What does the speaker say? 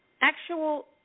Actual